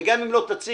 וגם אם לא תציג,